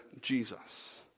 Jesus